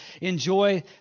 enjoy